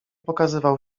pokazywał